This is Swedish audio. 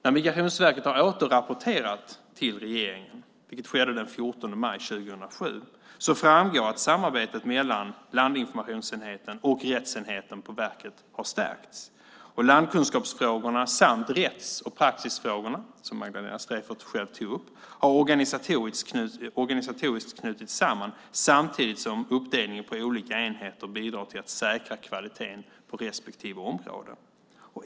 När Migrationsverket återrapporterade till regeringen, vilket skedde den 14 maj 2007, framgick att samarbetet mellan landinformationsenheten och rättsenheten på verket hade stärkts. Landkunskapsfrågorna samt rätts och praxisfrågorna, som Magdalena Streijffert själv tog upp, har organisatoriskt knutits samman samtidigt som uppdelningen på olika enheter bidrar till att säkra kvaliteten på respektive områden.